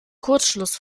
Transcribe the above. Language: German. kurzschluss